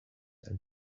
and